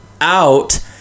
out